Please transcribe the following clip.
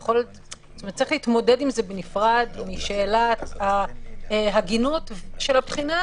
צריך להתמודד עם זה בנפרד משאלת ההגינות של הבחינה,